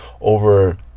over